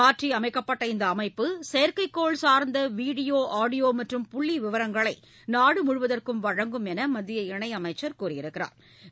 மாற்றியமைக்கப்பட்ட இந்த அமைப்பு செயற்கைக்கோள் சார்ந்த வீடியோ ஆடியோ மற்றும் புள்ளி விவரங்களை நாடு முழுவதற்கும் வழங்கும் என மத்திய இணையமைச்சர் தெரிவித்துள்ளார்